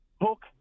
hook